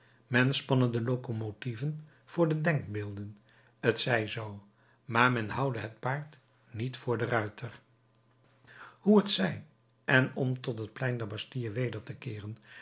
men spanne de locomotieven voor de denkbeelden t zij zoo maar men houde het paard niet voor den ruiter hoe het zij en om tot het plein der bastille weder te keeren